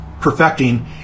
perfecting